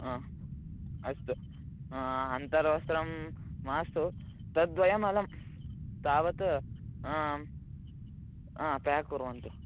हा अस्तु अन्तर्वस्त्रं मास्तु तद्वयम् अलं तावत् आं प्याक् कुर्वन्तु